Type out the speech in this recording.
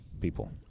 people